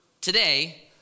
today